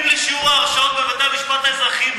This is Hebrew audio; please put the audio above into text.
לשיעורי ההרשעות בבתי-המשפט האזרחיים הפליליים.